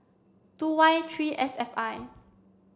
two Y three S F I